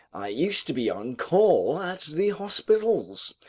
i used to be on call at the hospitals.